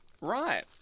Right